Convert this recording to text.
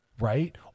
right